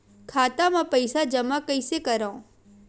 खाता म पईसा जमा कइसे करव?